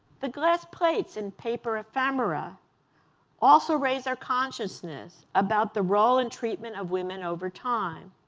the glass plates and paper ephemera also raise our consciousness about the role and treatment of women over time.